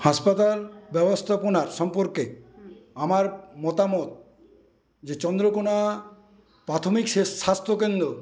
হাসপাতাল ব্যবস্থাপনার সম্পর্কে আমার মতামত যে চন্দ্রকোনা প্রাথমিক স্বাস্থ্যকেন্দ্র